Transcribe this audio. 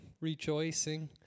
rejoicing